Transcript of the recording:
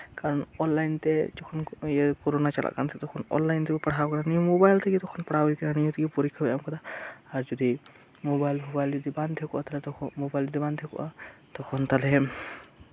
ᱠᱟᱨᱚᱱ ᱚᱱᱞᱟᱭᱤᱱᱛᱮ ᱡᱚᱠᱷᱚᱱ ᱠᱚᱨᱳᱱᱟ ᱪᱟᱞᱟᱜ ᱠᱟᱱ ᱛᱟᱸᱦᱮᱫ ᱛᱚᱠᱷᱚᱱ ᱚᱱᱞᱟᱭᱤᱱ ᱛᱮᱠᱚ ᱯᱟᱲᱦᱟᱣ ᱠᱟᱫᱟ ᱱᱤᱭᱟᱹ ᱢᱳᱵᱟᱭᱤᱞ ᱛᱮᱜᱮ ᱛᱚᱠᱷᱚᱱ ᱯᱟᱲᱦᱟᱣ ᱦᱩᱭ ᱟᱠᱟᱱᱟ ᱱᱤᱭᱟᱹ ᱛᱮᱜᱮ ᱯᱚᱨᱤᱠᱠᱷᱟ ᱮᱢ ᱦᱩᱭ ᱟᱠᱟᱱᱟ ᱟᱨ ᱡᱚᱫᱤ ᱢᱳᱵᱟᱭᱤᱞ ᱡᱚᱫᱤ ᱵᱟᱝ ᱛᱟᱦᱮᱸ ᱠᱚᱜᱼᱟ ᱛᱚᱠᱷᱚᱡ ᱢᱳᱵᱟᱭᱤᱞ ᱡᱚᱫᱤ ᱵᱟᱝ ᱛᱟᱸᱦᱮ ᱠᱚᱜᱼᱟ ᱛᱚᱠᱷᱚᱱ ᱛᱟᱦᱚᱞᱮ